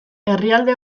herrialde